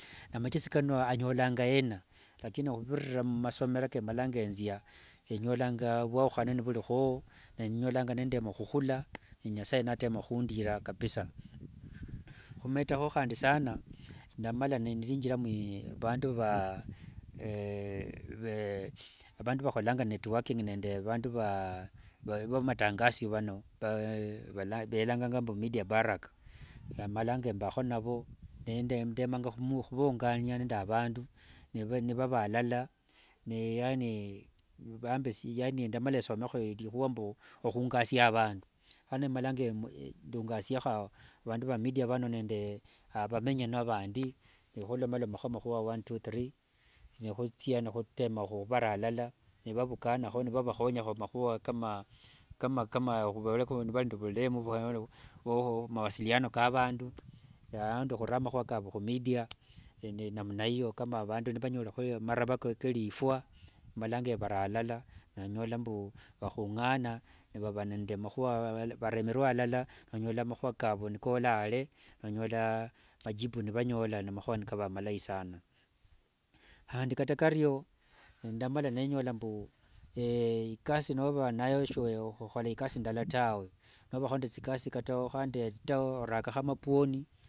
Namachesi kano anyolanga yena, lakini huvirira mumasomo ke emalanga enzia, enyolanga vwauhane vurihowo, enyolanga nende muhuhula, naye nyasaye natema hundira kabisaa. Humetaho handi saana, ndaamala nindiinjira muvandu vaa avandu vaholanga networking nende avandu va matangaso vano, velanganga mbu media barrack, emalanga mbaho navo, neendemanga huvaungania nende avandu nivava alala, yaanindamala esomeho erihua mbu ehuungasia avandu, lano emalanga ndiungasie avandu va media vano nde vamenyenia vandi, nehulomalomaho mahua one two three, nihutsia nihutema huvara alala, nivavukanano nivavahonyaho mahua kama vaari nde vuremu vo mawasiliano ka vandu, aundi ohura mahua kavu humedia, ende namna hiyo kama vandu vanyorereho marava ke rifwa emalanga vara alala nonyolambu vahung'ana nevava nende mahua varemerwe alala nonyola mahua kavu nikoola are nonyola majibu nivanyola ni mahua kava malayi saana. Handi kata kario ndamala nenyola mbu ikasi noova nayo sohola ikasi ndala tawe, novaho nde tsikasi handi orakaho mabuoni.